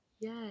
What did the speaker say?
Yes